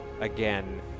again